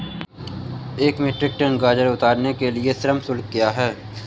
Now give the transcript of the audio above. एक metric ton गाजर उतारने के लिए श्रम शुल्क क्या है?